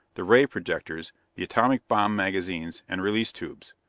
the ray projectors, the atomic bomb magazines, and release tubes.